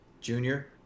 junior